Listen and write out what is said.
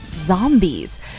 Zombies